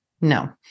no